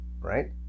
right